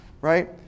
Right